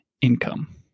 income